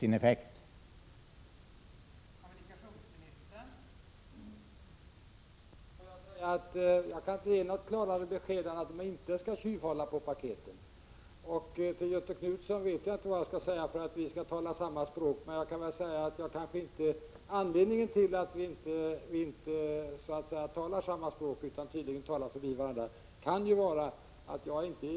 7 maj 1987